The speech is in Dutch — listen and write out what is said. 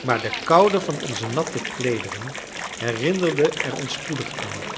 maar de koude van onze natte kleederen herinnerde er ons spoedig aan